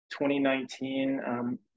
2019